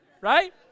right